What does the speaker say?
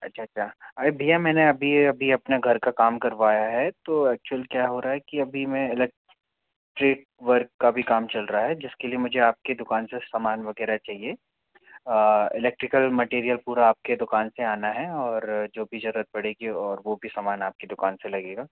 अच्छा अच्छा अरे भैया मैं अभी अभी अपना घर का काम करवाया है तो एक्चुअल क्या हो रहा है कि अभी मैं इलेक्ट्रिक वर्क का भी काम चल रहा है जिसके लिए मुझे आपकी दुकान से सामान वगैरह चाहिए इलेक्ट्रिकल मैटेरियल पूरा आपके दुकान से आना है और जो भी जरूरत पड़ेगी और वो भी सामान आपकी दुकान से लगेगा